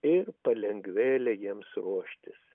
ir palengvėle jiems ruoštis